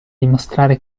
dimostrare